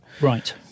Right